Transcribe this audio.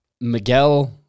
Miguel